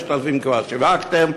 5,000 כבר שיווקתם.